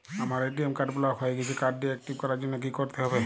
আমার ATM card block হয়ে গেছে কার্ড টি একটিভ করার জন্যে কি করতে হবে?